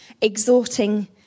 exhorting